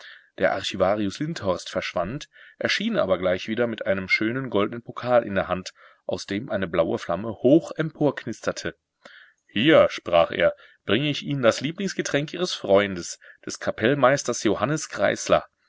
der archivarius lindhorst verschwand erschien aber gleich wieder mit einem schönen goldnen pokal in der hand aus dem eine blaue flamme hoch emporknisterte hier sprach er bringe ich ihnen das lieblingsgetränk ihres freundes des kapellmeisters johannes